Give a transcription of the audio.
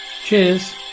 Cheers